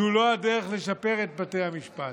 זו לא הדרך לשפר את בתי המשפט.